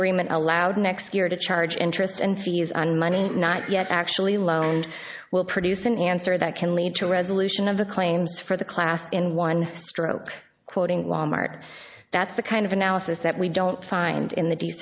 agreement allowed next year to charge interest and fees on money not yet actually loaned will produce an answer that can lead to a resolution of the claims for the class in one stroke quoting wal mart that's the kind of analysis that we don't find in the d